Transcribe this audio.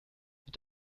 mit